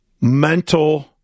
mental